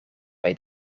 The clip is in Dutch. bij